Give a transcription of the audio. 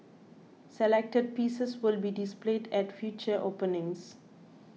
selected pieces will be displayed at future openings